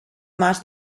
mas